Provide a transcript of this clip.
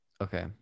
Okay